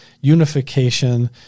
unification